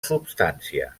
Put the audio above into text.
substància